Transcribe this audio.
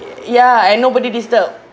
ya and nobody disturb